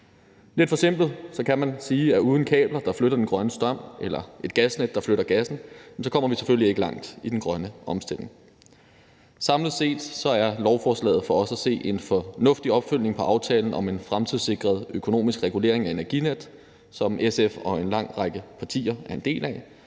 Lidt forsimplet kan man sige, at uden kabler, der flytter den grønne strøm, eller et gasnet, der flytter gassen, kommer vi selvfølgelig ikke langt i den grønne omstilling. Samlet set er lovforslaget for os at se en fornuftig opfølgning på aftalen om en fremtidssikret økonomisk regulering af Energinet, som SF og en lang række partier er en del af.